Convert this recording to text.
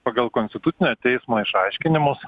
pagal konstitucinio teismo išaiškinimus